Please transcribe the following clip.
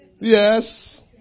Yes